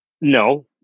No